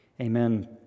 Amen